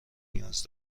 نیاز